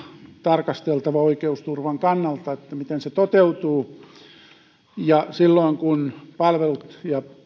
tarkasteltava oikeusturvan kannalta miten se toteutuu silloin kun palvelut